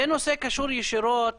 זה נושא קשור ישירות